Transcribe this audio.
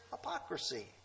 hypocrisy